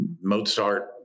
Mozart